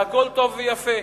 והכול טוב ויפה,